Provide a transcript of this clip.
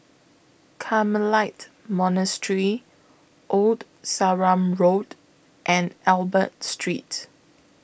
Carmelite Monastery Old Sarum Road and Albert Street